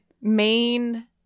main